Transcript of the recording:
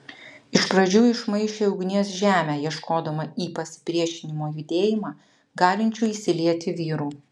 iš pradžių išmaišė ugnies žemę ieškodama į pasipriešinimo judėjimą galinčių įsilieti vyrų